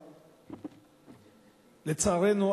לצערנו,